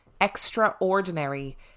Extraordinary